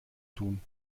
tun